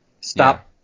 Stop